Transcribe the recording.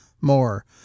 More